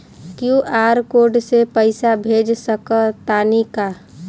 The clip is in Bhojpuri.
क्यू.आर कोड से पईसा भेज सक तानी का?